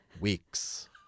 weeks